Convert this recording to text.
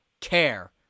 care